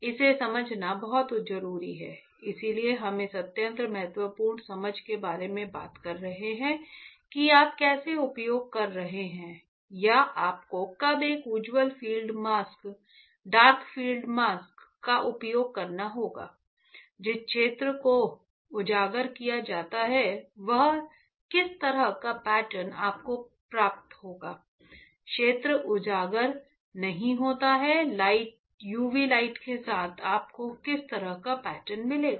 इसे समझना बहुत जरूरी है इसलिए हम इस अत्यंत महत्वपूर्ण समझ के बारे में बात कर रहे हैं कि आप कैसे उपयोग कर रहे हैं या आपको कब एक उज्ज्वल field mask dark field mask का उपयोग करना होगा जिस क्षेत्र को उजागर किया जाता है वह किस तरह का पैटर्न आपको प्राप्त होगा क्षेत्र उजागर नहीं होता है यूवी लाइट के साथ आपको किस तरह का पैटर्न मिलेगा